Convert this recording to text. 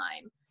time